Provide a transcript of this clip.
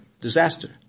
disaster